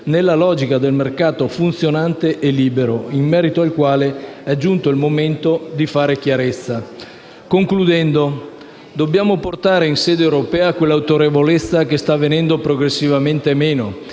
nella logica del mercato funzionante e libero, in merito al qual è giunto il momento di fare chiarezza. Concludendo, dobbiamo portare in sede europea quell'autorevolezza che sta venendo progressivamente meno